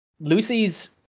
Lucy's